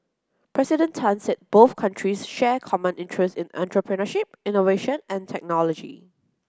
President Tan said both countries share common interests in entrepreneurship innovation and technology